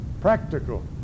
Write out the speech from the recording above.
practical